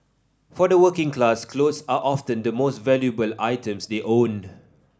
for the working class clothes are often the most valuable items they owned